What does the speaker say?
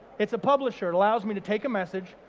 it's a publisher. it allows me to take a message,